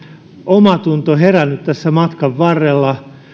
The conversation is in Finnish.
omatunto herännyt tässä matkan varrella